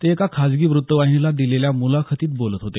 ते एका खासगी वृत्तावाहिनीला दिलेल्या मुलाखतीत बोलत होते